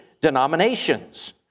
denominations